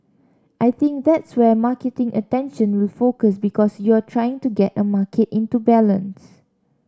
I think that's where marketing attention will focus because you're trying to get a market into balance